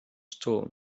stones